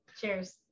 Cheers